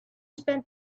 spend